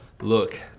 look